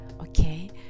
Okay